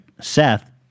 Seth